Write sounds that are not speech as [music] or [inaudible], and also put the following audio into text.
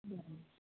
[unintelligible]